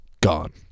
gone